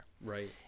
right